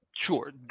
Sure